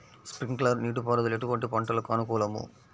Sprinkler నీటిపారుదల ఎటువంటి పంటలకు అనుకూలము?